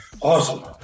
Awesome